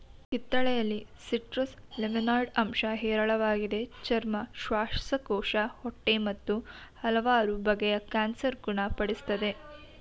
ಕಿತ್ತಳೆಯಲ್ಲಿ citrus limonoid ಅಂಶ ಹೇರಳವಾಗಿದೆ ಚರ್ಮ ಶ್ವಾಸಕೋಶ ಹೊಟ್ಟೆ ಮತ್ತು ಹಲವಾರು ಬಗೆಯ ಕ್ಯಾನ್ಸರ್ ಗುಣ ಪಡಿಸ್ತದೆ